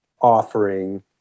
offering